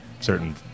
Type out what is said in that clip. certain